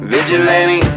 Vigilante